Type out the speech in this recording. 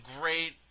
great